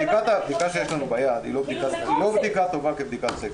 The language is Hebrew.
הבדיקה שיש לנו ביד לא טובה כבדיקת סקר.